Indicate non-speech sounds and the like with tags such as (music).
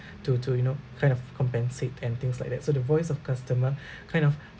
to to you know kind of compensate and things like that so the voice of customer (breath) kind of